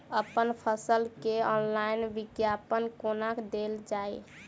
अप्पन फसल केँ ऑनलाइन विज्ञापन कोना देल जाए?